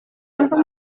untuk